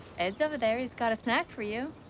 ed's over there. he's got a snack for you.